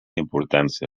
importància